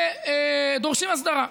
ודורשים הסדרה.